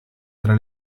tra